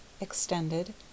Extended